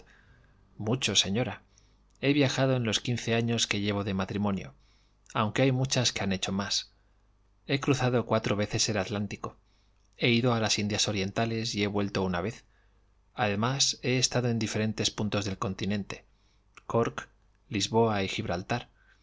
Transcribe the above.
señora he viajado en los quince años que llevo de matrimonio aunque hay muchas que han hecho más he cruzado cuatro veces el atlántico he ido a las indias orientales y he vuelto una vez además he estado en diferentes puntos del continente cork lisboa y gibraltar